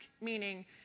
meaning